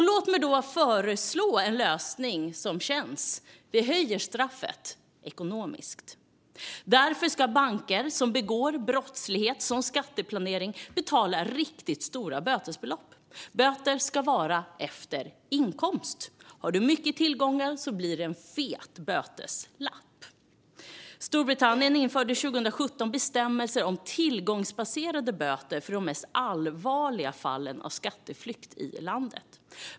Låt mig då föreslå en lösning som känns: Vi höjer straffet - ekonomiskt. Därför ska banker som begår brott, som skatteplanering, betala riktigt stora bötesbelopp. Böter ska vara efter inkomst. Har du mycket tillgångar blir det en fet böteslapp. Storbritannien införde 2017 bestämmelser om tillgångsbaserade böter för de mest allvarliga fallen av skatteflykt från landet.